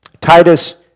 Titus